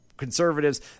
conservatives